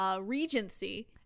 Regency